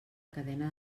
cadena